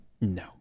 No